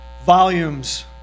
volumes